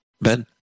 Ben